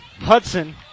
Hudson